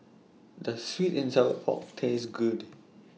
Does Sweet and Sour Pork Taste Good